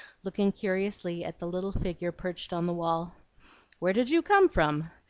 looking curiously at the little figure perched on the wall where did you come from?